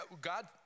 God